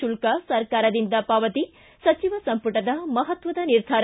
ಶುಲ್ಕ ಸರ್ಕಾರದಿಂದ ಪಾವತಿ ಸಚಿವ ಸಂಪುಟದ ಮಹತ್ವದ ನಿರ್ಧಾರ